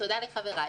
תודה לחבריי,